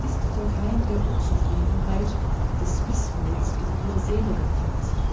ist der keim der unzufriedenheit des mißmuts in ihre seele gepflanzt